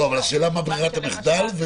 השאלה מה ברירת המחדל.